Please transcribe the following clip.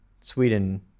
Sweden